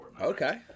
Okay